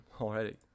already